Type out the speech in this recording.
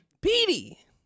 Petey